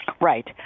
Right